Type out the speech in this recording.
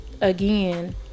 again